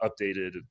updated